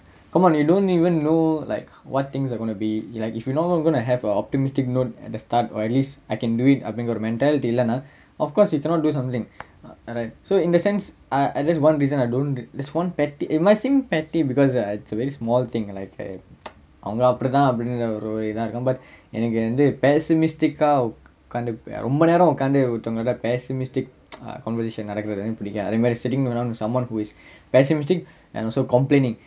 come on you don't even know what things are gonna be like you're not going to have a optimistic note then start or at least I can do it have the mentality இல்லனா:illanaa of course you cannot do something and I so in the sense and that's one reason I don't that's one petty it might seem petty because it's a very small thing like a அவங்க அப்படித்தான் அப்படிங்குற ஒரு வரி தான் இருக்கும்:avanga appadithaan appadingura oru vari thaan irukkum but எனக்கு வந்து:enakku vanthu pessimistic ah கண்டு ரொம்ப நேரம் உக்காந்து ஒருத்தங்களோட:kandu romba neram ukkaanthu oruthangaloda pessimistic conversation நடக்குறது எனக்கு பிடிக்கா அதே மாறி:nadakkurathu enakku pidikka athae maari and I sit around with someone who is pessimistic and also complaining